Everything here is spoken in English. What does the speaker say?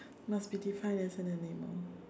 must be defined as an animal